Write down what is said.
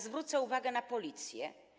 Zwrócę uwagę na Policję.